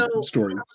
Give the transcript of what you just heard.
stories